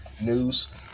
News